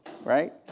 right